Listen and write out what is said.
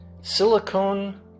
silicone